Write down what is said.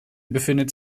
befindet